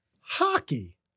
hockey